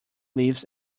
leaves